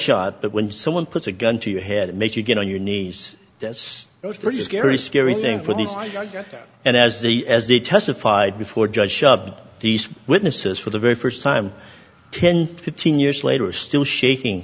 shot but when someone puts a gun to your head it makes you get on your knees that's pretty scary scary thing for these and as the as they testified before judge these witnesses for the very first time ten fifteen years later still shaking